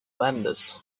members